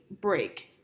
break